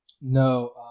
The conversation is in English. No